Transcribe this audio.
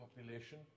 population